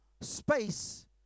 space